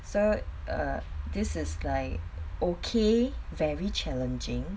so err this is like okay very challenging